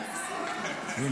זו הצעת החוק הראשונה שלו.